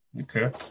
okay